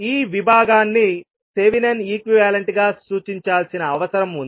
ఈ విభాగాన్ని Thevenin equivalent గా సూచించాల్సిన అవసరం ఉంది